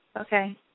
Okay